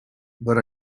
but